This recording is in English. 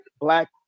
black